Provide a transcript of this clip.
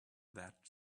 that